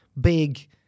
big